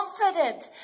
confident